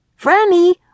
Franny